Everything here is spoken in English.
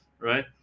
right